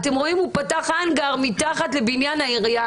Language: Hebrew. הוא פתח האנגר מתחת לבניין העירייה